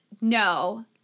no